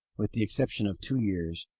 with the exception of two years,